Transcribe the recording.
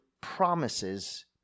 promises